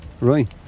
right